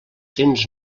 cents